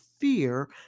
fear